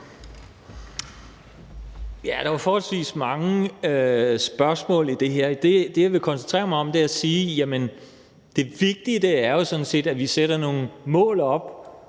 Der var forholdsvis mange spørgsmål i det her. Det, jeg vil koncentrere mig om, er at sige, at det vigtige sådan set er, at vi sætter nogle mål op